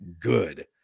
good